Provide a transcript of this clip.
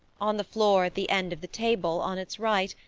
on the floor at the end of the table, on its right,